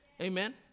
Amen